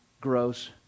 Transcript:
gross